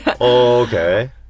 Okay